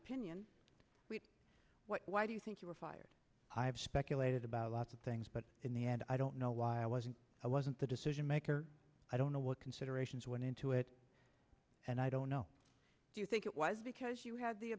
opinion why do you think you were fired i have speculated about a lot of things but in the end i don't know why wasn't i wasn't the decision maker i don't know what considerations went into it and i don't know do you think it was because you ha